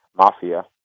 mafia